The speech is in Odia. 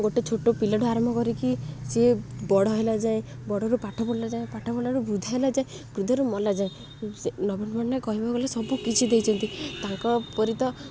ଗୋଟେ ଛୋଟ ପିଲାଠୁ ଆରମ୍ଭ କରିକି ସିଏ ବଡ଼ ହେଲା ଯାଏ ବଡ଼ରୁ ପାଠ ପଢ଼ିଲାଯାଏ ପାଠ ପଢ଼ିଲାରୁ ବୃଦ୍ଧ ହେଲା ଯାଏ ବୃଦ୍ଧରୁ ମଲାଯାଏ ସେ ନବୀନ ପଟ୍ଟନାୟକ କହିବାକୁ ଗଲେ ସବୁ କିଛି ଦେଇଛନ୍ତି ତାଙ୍କ ପରି ତ